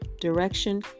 Direction